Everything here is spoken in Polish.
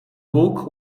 bóg